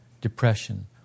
depression